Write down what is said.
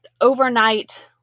overnight